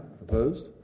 Opposed